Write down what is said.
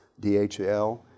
DHL